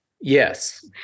Yes